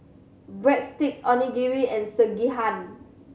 Breadsticks Onigiri and Sekihan